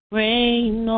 rain